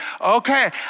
Okay